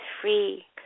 free